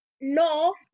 no